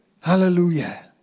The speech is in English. Hallelujah